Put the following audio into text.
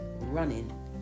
running